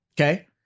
Okay